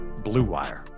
bluewire